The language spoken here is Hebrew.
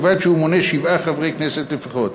ובלבד שהוא מונה שבעה חברי כנסת לפחות.